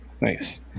nice